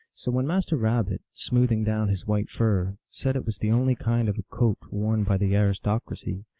so when master rabbit, smoothing down his white fur, said it was the only kind of a coat worn by the aristocracy,